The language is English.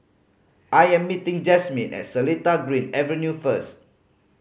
I am meeting Jasmine at Seletar Green Avenue first